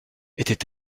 était